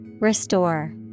Restore